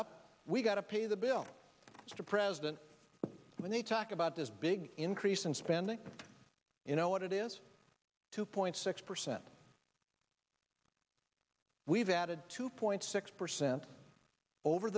up we got to pay the bill the president when he talked about this big increase in spending you know what it is two point six percent we've added two point six percent over